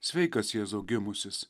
sveikas jėzau gimusis